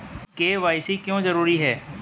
KYC क्यों जरूरी है?